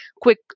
quick